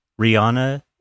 Rihanna